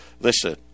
listen